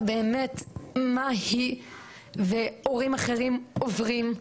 באמת מה היא והורים אחרים עוברים.